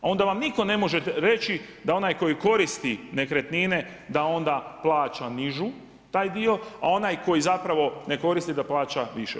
Onda vam nitko ne može reći, da onaj koji koristi nekretnine, da onda plaća nižu, taj dio, a onaj koji zapravo, ne koristi ga, plaća više.